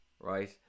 right